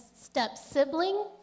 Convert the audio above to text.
step-sibling